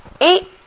Eight